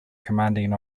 commanding